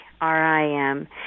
R-I-M